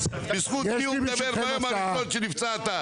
כולנו אחים.